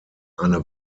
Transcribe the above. eine